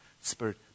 spirit